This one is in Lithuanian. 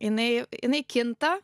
jinai jinai kinta